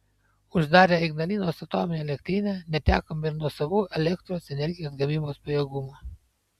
uždarę ignalinos atominę elektrinę netekome ir nuosavų elektros energijos gamybos pajėgumų